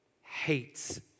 hates